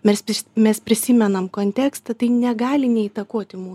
mes mes prisimenam kontekstą tai negali neįtakoti mū